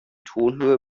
tonhöhe